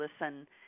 listen